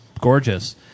gorgeous